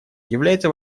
является